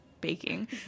baking